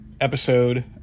episode